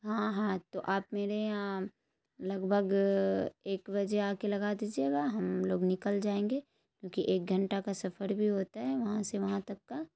ہاں ہاں تو آپ میرے یہاں لگ بھگ ایک بجے آ کے لگا دیجیے گا ہم لوگ نکل جائیں گے کیونکہ ایک گھنٹہ کا سفڑ بھی ہوتا ہے وہاں سے وہاں تک کا